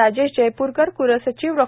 राजेश जयप्रकर क्लसचिव डॉ